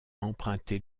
emprunter